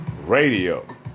Radio